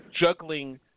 juggling